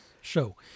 show